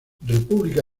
república